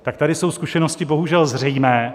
Tak tady jsou zkušenosti bohužel zřejmé.